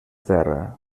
terra